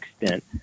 extent